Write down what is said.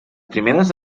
primeres